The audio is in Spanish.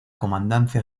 comandancia